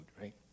right